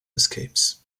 escapes